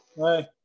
Hi